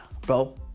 bro